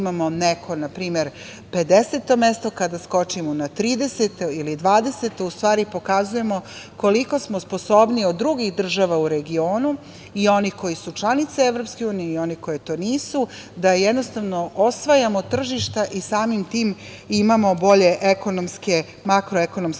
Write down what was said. zauzimamo neko npr. 50. mesto, kada skočimo na 30. ili 20. u stvari pokazujemo koliko smo sposobniji od drugih država u regionu, i onih koje su članice EU i onih koje to nisu, da jednostavno osvajamo tržišta i samim tim imamo bolje makroekonomske